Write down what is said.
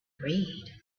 read